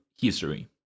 history